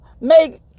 make